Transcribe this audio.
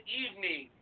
evening